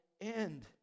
end